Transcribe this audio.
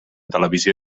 televisió